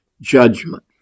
judgment